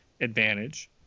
advantage